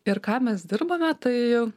ir ką mes dirbame tai